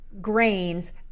grains